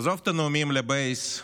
עזוב את הנאומים לבייס,